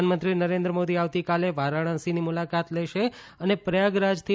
પ્રધાનમંત્રી નરેન્દ્ર મોદી આવતીકાલે વારાણસીની મુલાકાત લેશે અને પ્રયાગરાજથી